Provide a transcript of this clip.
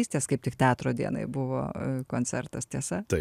kaip tik teatro dienai buvo koncertas tiesa